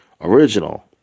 original